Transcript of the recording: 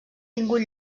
tingut